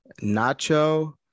Nacho